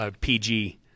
PG